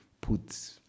put